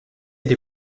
des